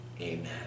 amen